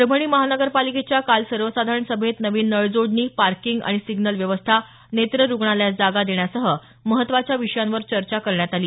परभणी महानगरपालिकेच्या काल सवर्साधारण सभेत नवीन नळजोडणी पार्कींग आणि सिम्नल व्यवस्था नेत्र रूग्णालयास जागा देण्यासह महत्वाच्या विषयांवर चर्चा करण्यात आली